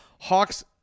Hawks